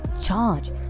charge